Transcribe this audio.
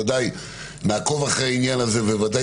ודאי נעקוב אחרי העניין הזה ובוודאי